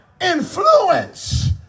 influence